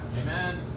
Amen